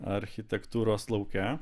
architektūros lauke